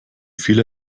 viele